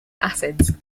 acids